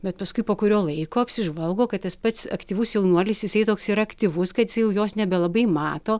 bet paskui po kurio laiko apsižvalgo kad tas pats aktyvus jaunuolis jisai toks yra aktyvus kad jisai jau jos nebelabai mato